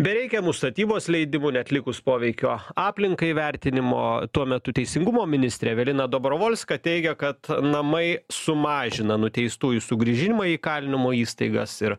be reikiamų statybos leidimų neatlikus poveikio aplinkai vertinimo tuo metu teisingumo ministrė evelina dobrovolska teigia kad namai sumažina nuteistųjų sugrįžimą į kalinimo įstaigas ir